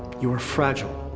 you are fragile.